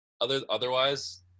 otherwise